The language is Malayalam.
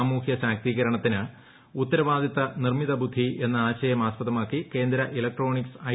സാമൂഹൃ ശാക്തീകരണത്തിന് ഉത്തരവാദിത്ത നിർമിത ബുദ്ധി എന്ന ആശയം ആസ്പദമാക്കി കേന്ദ്ര ഇലക്ട്രോണിക്സ് ഐ